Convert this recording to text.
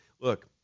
look